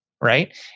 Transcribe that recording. right